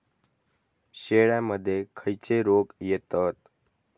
शेळ्यामध्ये खैचे रोग येतत?